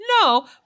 No